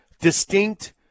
distinct